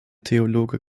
theologe